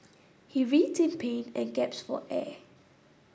he writhed in pain and gasped for air